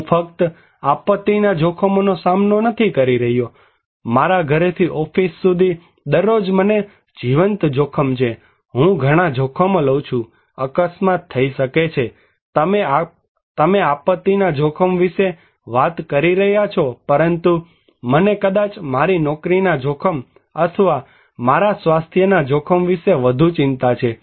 હું ફક્ત આપત્તિના જોખમોનો સામનો નથી કરી રહ્યો મારા ઘરેથી ઓફિસ સુધી દરરોજ મને જીવંત જોખમ છે હું ઘણા જોખમો લઉં છું અકસ્માત થઈ શકે છે તમે આપત્તિના જોખમ વિશે વાત કરી રહ્યા છો પરંતુ મને કદાચ મારી નોકરીના જોખમ અથવા મારા સ્વાસ્થ્યના જોખમ વિશે વધુ ચિંતા છે